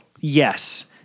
Yes